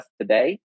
today